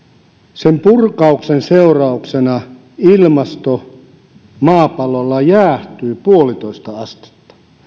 sen purkauksen seurauksena ilmasto maapallolla jäähtyi puolitoista astetta